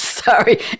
Sorry